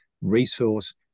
resource